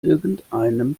irgendeinem